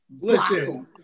Listen